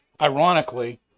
ironically